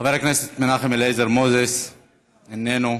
חבר הכנסת מנחם אליעזר מוזס איננו,